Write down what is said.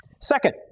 Second